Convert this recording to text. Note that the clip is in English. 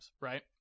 right